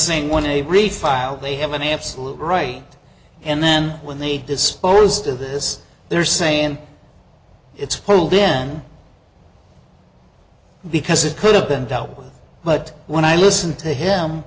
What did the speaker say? saying when a refile they have an absolute right and then when they disposed of this they're saying it's full then because it could have been dealt with but when i listen to him